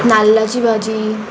नाल्लाची भाजी